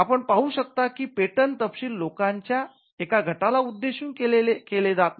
आपण पाहू शकता की पेटंट तपशील लोकांच्या एका गटाला उद्देशून केले जात नाही